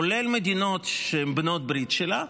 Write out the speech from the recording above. כולל ממדינות שהן בעלות ברית שלה,